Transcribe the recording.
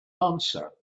answer